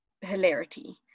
hilarity